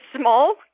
small